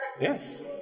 Yes